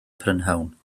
prynhawn